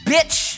Bitch